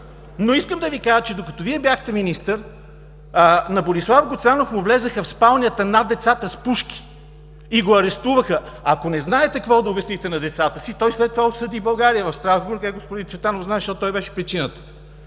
Искам да Ви кажа, че докато Вие бяхте министър, на Борислав Гуцанов му влязоха в спалнята над децата с пушки. И го арестуваха. Ако не знаете какво да обясните на децата си – той след това осъди България в Страсбург. Господин Цветанов знае, защото той беше причината.